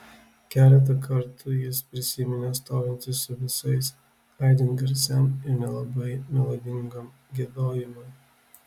keletą kartų jis prisiminė stovintis su visais aidint garsiam ir nelabai melodingam giedojimui